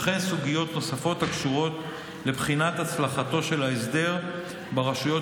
וכן סוגיות נוספות הקשורות לבחינת הצלחתו של ההסדר ברשויות